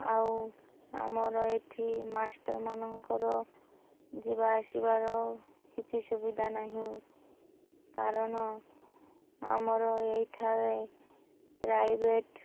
ଆଉ ଆମର ଏଇଠି ମାଷ୍ଟର୍ ମାନଙ୍କର ଯିବା ଆସିବାର କିଛି ସୁବିଧା ନାହିଁ କାରଣ ଆମର ଏଇଠାରେ ପ୍ରାଇଭେଟ୍